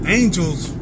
angels